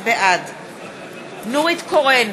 בעד נורית קורן,